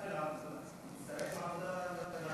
זה מצטרף לוועדת העבודה והרווחה?